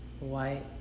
white